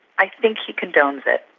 i think he condones it.